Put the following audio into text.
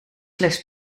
slechts